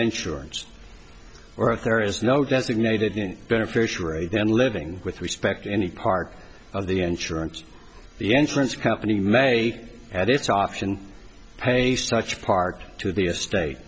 insurance or if there is no designated beneficiary then living with respect to any part of the insurance the insurance company may at its option pay such part to the estate